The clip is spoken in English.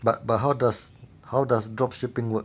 but but how does how does drop shipping work